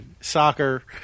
soccer